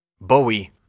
Bowie